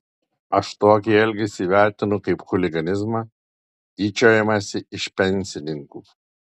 aš tokį elgesį vertinu kaip chuliganizmą tyčiojimąsi iš pensininkų